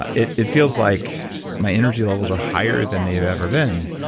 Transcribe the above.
ah it it feels like my energy levels are higher than they've ever been,